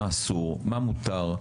מה אסור ומה מותר?